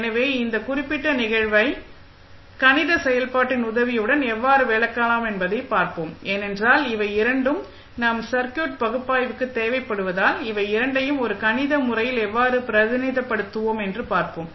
எனவே அந்த குறிப்பிட்ட நிகழ்வை கணித செயல்பாட்டின் உதவியுடன் எவ்வாறு விளக்கலாம் என்பதையும் பார்ப்போம் ஏனென்றால் இவை இரண்டும் நம் சர்க்யூட் பகுப்பாய்வுக்கு தேவைப்படுவதால் இவை இரண்டையும் ஒரு கணித முறையில் எவ்வாறு பிரதிநிதித்துவப்படுத்துவோம் என்று பார்ப்போம்